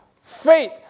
Faith